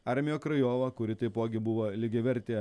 armija krajova kuri taipogi buvo lygiavertė